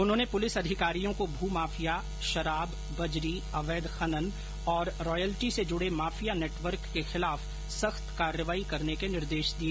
उन्होंने पुलिस अधिकारियों को भू माफिया शराब बजरी अवैध खनन और रॉयल्टी से जुड़े माफिया नेटवर्क के खिलाफ सख्त कार्रवाई करने के निर्देश दिए